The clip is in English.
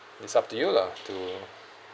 it's up to you lah to